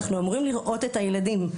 אנחנו אמורים לראות את הילדים.